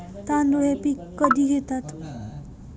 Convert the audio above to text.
तांदूळ हे पीक कधी घेतात?